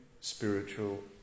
spiritual